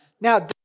Now